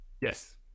Yes